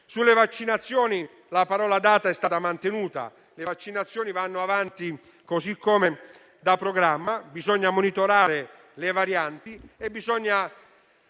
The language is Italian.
Sulle vaccinazioni, la parola data è stata mantenuta: le vaccinazioni vanno avanti così come da programma; bisogna monitorare le varianti e bisogna